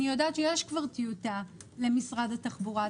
אני יודעת שיש כבר טיוטה למשרד התחבורה.